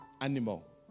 animal